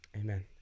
amen